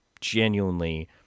genuinely